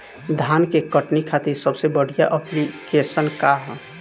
धान के कटनी खातिर सबसे बढ़िया ऐप्लिकेशनका ह?